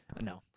No